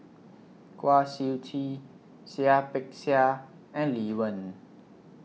Kwa Siew Tee Seah Peck Seah and Lee Wen